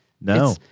No